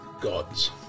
gods